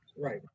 Right